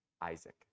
Isaac